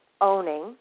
owning